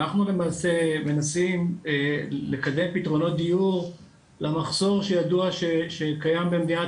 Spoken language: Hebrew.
אנחנו למעשה מנסים לקדם פתרונות דיור למחסור שידוע שקיים במדינת